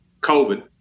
COVID